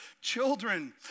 children